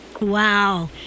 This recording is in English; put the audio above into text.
Wow